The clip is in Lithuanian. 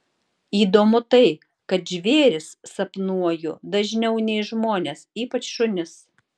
įdomu tai kad žvėris sapnuoju dažniau nei žmones ypač šunis